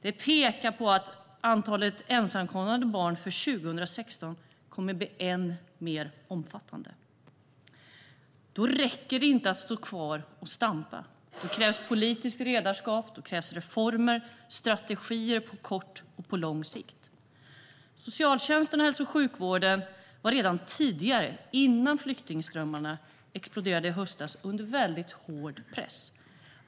Det pekar på att antalet ensamkommande barn år 2016 kommer att bli än mer omfattande. Då räcker det inte att stå kvar och stampa. Då krävs politiskt ledarskap, reformer och strategier på kort och lång sikt. Socialtjänsten och hälso och sjukvården var redan tidigare, innan flyktingströmmarna exploderade i höstas, under hård press.